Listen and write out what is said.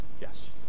yes